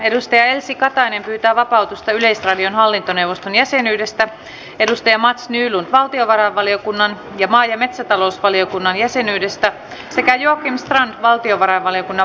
edustaja elsi katainen pyytää vapautusta yleisradion hallintoneuvoston jäsenyydestä edustaja mats nylund valtiovarainvaliokunnan ja maa ja metsätalousvaliokunnan jäsenyydestä sekä joakim strand valtiovarainvaliokunnan varajäsenyydestä